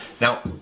Now